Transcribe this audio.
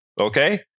Okay